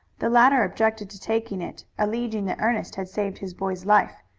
the latter objected to taking it, alleging that ernest had saved his boy's life,